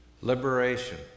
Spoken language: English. Liberation